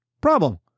problem